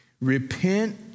Repent